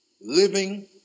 Living